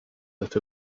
that